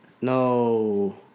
No